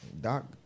Doc